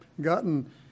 gotten